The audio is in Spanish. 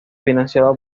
financiado